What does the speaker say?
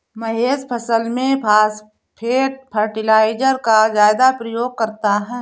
महेश फसल में phosphate fertiliser का ज्यादा प्रयोग करता है